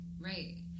right